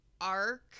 arc